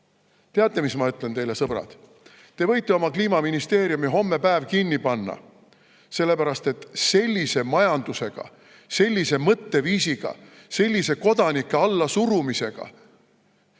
Teate, mis ma ütlen teile, sõbrad? Te võite oma Kliimaministeeriumi hommepäev kinni panna, sellepärast et sellise majandusega, sellise mõtteviisiga, sellise kodanike allasurumisega